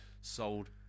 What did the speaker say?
sold